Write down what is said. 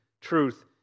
truth